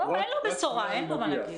אין לו בשורה, אין לו מה להגיד.